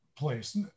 place